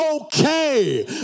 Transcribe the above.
okay